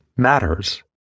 matters